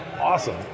awesome